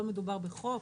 לא מדובר בחוק,